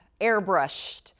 airbrushed